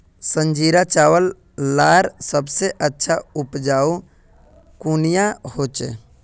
संजीरा चावल लार सबसे अच्छा उपजाऊ कुनियाँ होचए?